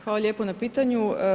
Hvala lijepo na pitanju.